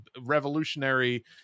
revolutionary